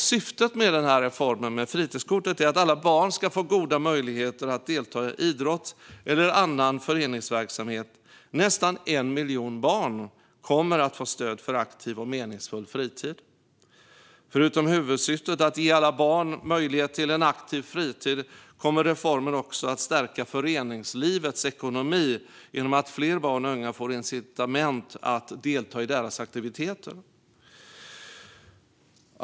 Syftet med reformen med fritidskortet är att alla barn ska få goda möjligheter att delta i idrott eller annan föreningsverksamhet. Nästan 1 miljon barn kommer att få stöd för en aktiv och meningsfull fritid. Förutom huvudsyftet att ge alla barn möjlighet till en aktiv fritid kommer reformen också att stärka föreningslivets ekonomi genom att fler barn och unga får incitament att delta i deras aktiviteter.